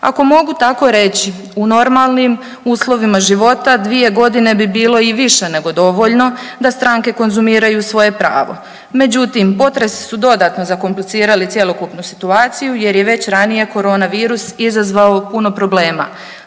Ako mogu tako reći, u normalnim uslovima života 2.g. bi bilo i više nego dovoljno da stranke konzumiraju svoje pravo, međutim potresi su dodatno zakomplicirali cjelokupnu situaciju jer je već ranije koronavirus izazvao puno problema.